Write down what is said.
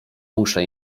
muszę